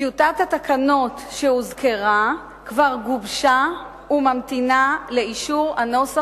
טיוטת התקנות שהוזכרה כבר גובשה וממתינה לאישור הנוסח